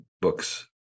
books